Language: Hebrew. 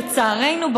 לצערנו,